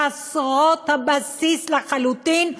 חסרות הבסיס לחלוטין,